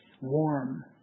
warm